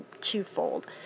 twofold